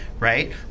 Right